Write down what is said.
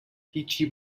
هیچی